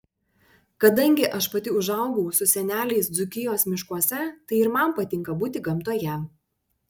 kadangi aš pati užaugau su seneliais dzūkijos miškuose tai ir man patinka būti gamtoje